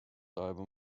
album